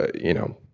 you know,